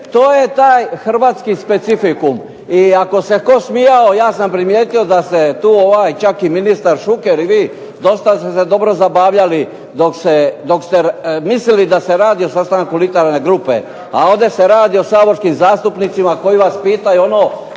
To je taj hrvatski specifikum. I ako se tko smijao, ja sam primijetio da se tu ovaj čak i ministar Šuker i vi dosta ste se dobro zabavljali dok ste mislili da se radi o sastanku literarne grupe, a ovdje se radi o saborskim zastupnicima koji vas pitaju ono